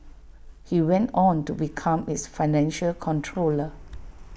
he went on to become its financial controller